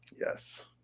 Yes